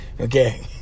okay